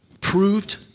proved